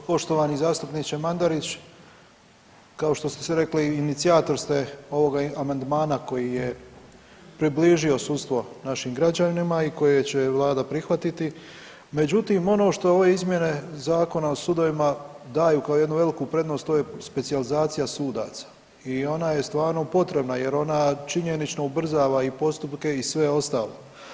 Poštovani zastupniče Mandarić, kao što ste rekli inicijator ste ovog amandmana koji je približio sudstvo našim građanima i koje će vlada prihvatiti, međutim ono što ove izmjene Zakona o sudovima daju kao jednu veliku prednost to je specijalizacija sudaca i ona je stvarno potrebna jer ona činjenično ubrzava i postupke i sve ostalo.